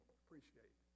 appreciate